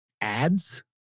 ads